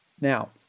Now